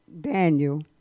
Daniel